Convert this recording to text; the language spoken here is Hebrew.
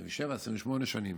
27, 28 שנים,